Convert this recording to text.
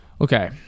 okay